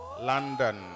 London